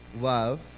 love